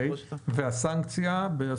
והסנקציה?